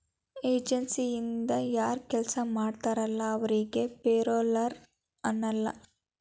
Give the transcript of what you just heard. ಏಜನ್ಸಿಯಿಂದ ಯಾರ್ ಕೆಲ್ಸ ಮಾಡ್ತಾರಲ ಅವರಿಗಿ ಪೆರೋಲ್ಲರ್ ಅನ್ನಲ್ಲ